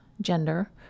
gender